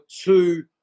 two